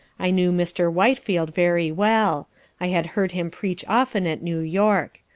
i knew mr. whitefield very well i had heard him preach often at new-york.